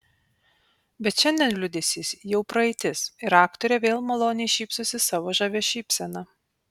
bet šiandien liūdesys jau praeitis ir aktorė vėl maloniai šypsosi savo žavia šypsena